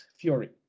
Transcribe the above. Fury